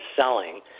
selling